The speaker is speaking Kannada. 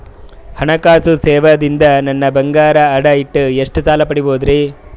ಹಣಕಾಸು ಸೇವಾ ದಿಂದ ನನ್ ಬಂಗಾರ ಅಡಾ ಇಟ್ಟು ಎಷ್ಟ ಸಾಲ ಪಡಿಬೋದರಿ?